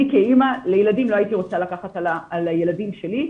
כאימא לילדים לא הייתי רוצה לקחת על הילדים שלי,